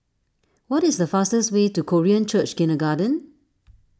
what is the fastest way to Korean Church Kindergarten